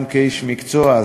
גם כאיש מקצוע,